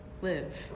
live